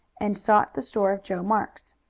and sought the store of joe marks.